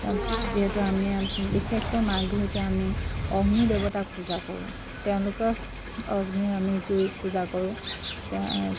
যিহেতু আমি বিশেষকৈ মাঘ বিহুটো আমি অগ্নি দেৱতাক পূজা কৰোঁ তেওঁলোকে অগ্নি আমি জুইক পূজা কৰোঁ তে